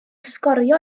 sgorio